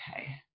Okay